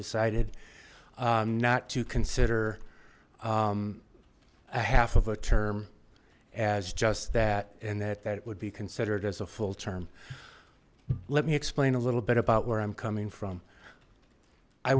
decided not to consider a half of a term as just that and that that would be considered as a full term let me explain a little bit about where i'm coming from i